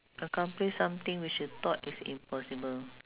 accomplish something which you thought is impossible